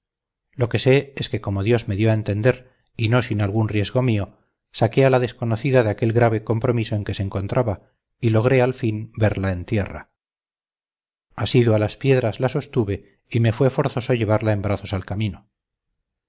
lo que sé es que como dios me dio a entender y no sin algún riesgo mío saqué a la desconocida de aquel grave compromiso en que se encontraba y logré al fin verla en tierra asido a las piedras la sostuve y me fue forzoso llevarla en brazos al camino